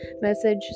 message